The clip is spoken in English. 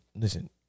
listen